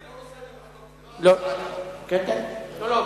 זה לא, לא.